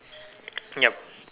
yup